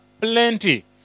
plenty